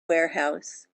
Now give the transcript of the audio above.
warehouse